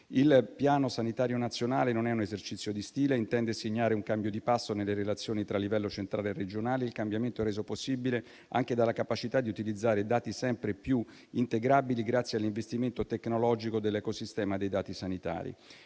Il piano sanitario nazionale non è un esercizio di stile, ma intende segnare un cambio di passo nelle relazioni tra livello centrale e regionale. Il cambiamento è reso possibile anche dalla capacità di utilizzare dati sempre più integrabili grazie all'investimento tecnologico dell'ecosistema dei dati sanitari.